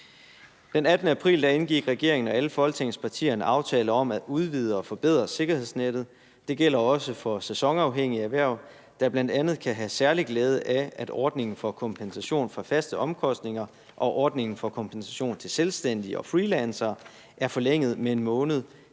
Den 18. april indgik regeringen og alle Folketingets partier en aftale om at udvide og forbedre sikkerhedsnettet. Det gælder også for sæsonafhængige erhverv, der bl.a. kan have særlig glæde af, at ordningen for kompensation for faste omkostninger og ordningen for kompensation til selvstændige og freelancere er forlænget med 1 måned